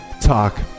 Talk